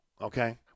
okay